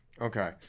Okay